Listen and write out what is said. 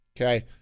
okay